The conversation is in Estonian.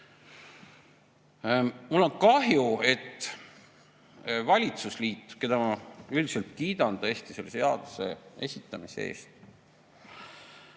Mul on kahju, et valitsusliit, keda ma üldiselt tõesti kiidan selle seaduse esitamise eest,